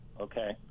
Okay